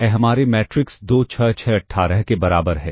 ए हमारे मैट्रिक्स 2 6 6 18 के बराबर है